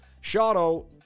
Shadow